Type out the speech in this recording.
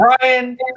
Brian